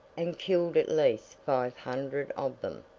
and killed at least five hundred of them.